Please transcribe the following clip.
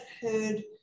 heard